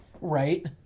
Right